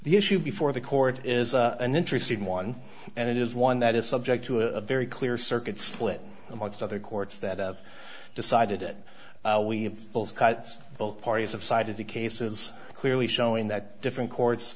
the issue before the court is an interesting one and it is one that is subject to a very clear circuit split amongst other courts that of decided it we have both parties of side of the cases clearly showing that different courts